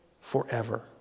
forever